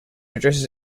addresses